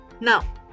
now